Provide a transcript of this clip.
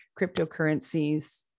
cryptocurrencies